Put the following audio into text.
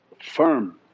firm